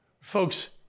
Folks